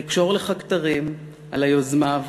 ואקשור לך כתרים על היוזמה,